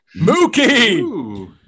Mookie